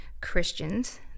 Christians